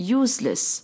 useless